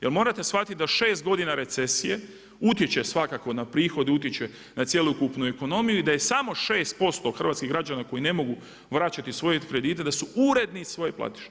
Jer morate shvatiti da 6 godina recesije utječe svakako na prihod, utječe na cjelokupnu ekonomi i da je samo 6% hrvatskih građana koji ne mogu vraćati svoje kredite da su uredni svoje platiše.